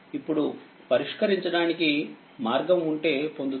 ఇప్పుడు పరిష్కరించడానికి మార్గం ఉంటే పొందుతారు